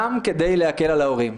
גם כדי להקל על ההורים.